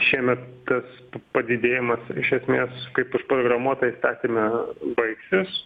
šiemet tas padidėjimas iš esmės kaip užprogramuota įstatyme baigsis